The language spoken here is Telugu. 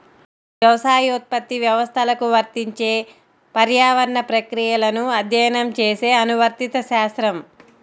వ్యవసాయోత్పత్తి వ్యవస్థలకు వర్తించే పర్యావరణ ప్రక్రియలను అధ్యయనం చేసే అనువర్తిత శాస్త్రం